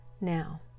Now